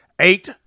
Eight